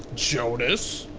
jonas.